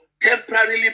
temporarily